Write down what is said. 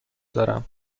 دارم